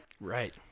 right